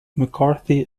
mccarthy